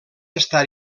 estar